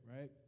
right